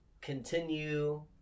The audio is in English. continue